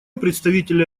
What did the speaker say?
представителя